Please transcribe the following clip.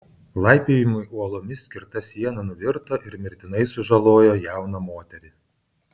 laipiojimui uolomis skirta siena nuvirto ir mirtinai sužalojo jauną moterį